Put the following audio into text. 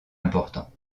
important